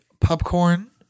popcorn